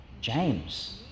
James